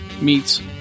meets